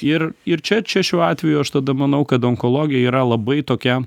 ir ir čia čia šiuo atveju aš tada manau kad onkologija yra labai tokia